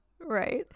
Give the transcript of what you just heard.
Right